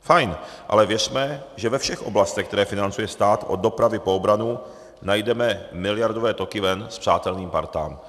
Fajn, ale věřme, že ve všech oblastech, které financuje stát, od dopravy po obranu, najdeme miliardové toky ven spřáteleným partám.